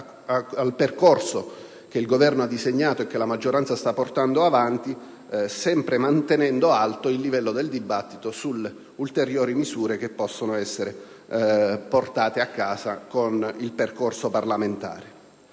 il percorso che il Governo ha delineato e che la maggioranza sta portando avanti, sempre mantenendo alto il livello del dibattito sulle ulteriori misure che possono essere introdotte attraverso il percorso parlamentare.